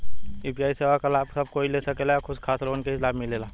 UPI सेवा क लाभ सब कोई ले सकेला की कुछ खास लोगन के ई लाभ मिलेला?